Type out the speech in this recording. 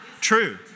true